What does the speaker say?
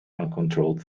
uncontrolled